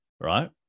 right